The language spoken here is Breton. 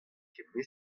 kement